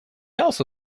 also